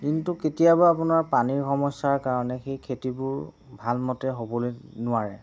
কিন্তু কেতিয়াবা আপোনাৰ পানীৰ সমস্যাৰ কাৰণে সেই খেতিবোৰ ভাল মতে হ'বলৈ নোৱাৰে